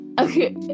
okay